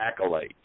accolades